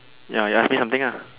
ya you ask me something ah